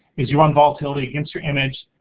is you run volatility against your image,